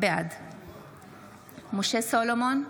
בעד משה סולומון,